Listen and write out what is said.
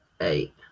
Eight